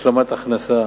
השלמת הכנסה,